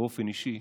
באופן אישי,